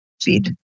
feed